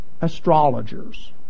astrologers